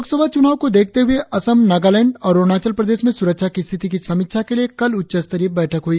लोक सभा चुनाव को देखते हुए असम नागालैंड और अरुणाचल प्रदेश में सुरक्षा की स्थिति की समीक्षा के लिए कल उच्चस्तरीय बैठक हुई